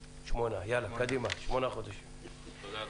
תודה.